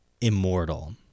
immortal